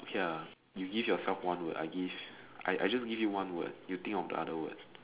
ya you give yourself one word I give I I just give you one word you think of the other word